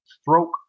stroke